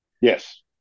Yes